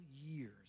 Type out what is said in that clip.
years